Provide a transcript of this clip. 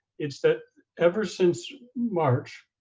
it's that ever since march,